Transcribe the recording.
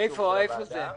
איפה זה?